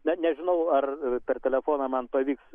na nežinau ar per telefoną man pavyks